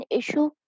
issue